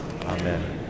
Amen